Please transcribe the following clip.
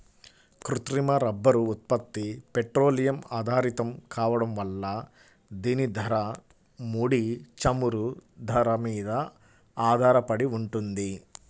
కృత్రిమ రబ్బరు ఉత్పత్తి పెట్రోలియం ఆధారితం కావడం వల్ల దీని ధర, ముడి చమురు ధర మీద ఆధారపడి ఉంటుంది